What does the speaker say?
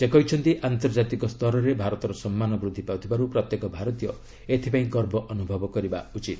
ସେ କହିଛନ୍ତି ଆନ୍ତର୍ଜାତିକ ସ୍ତରରେ ଭାରତର ସମ୍ମାନ ବୃଦ୍ଧି ପାଉଥିବାରୁ ପ୍ରତ୍ୟେକ ଭାରତୀୟ ଏଥିପାଇଁ ଗର୍ବ ଅନୁଭବ କରିବା ଉଚିତ